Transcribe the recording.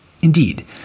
Indeed